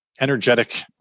energetic